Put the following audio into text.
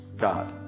God